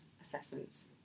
assessments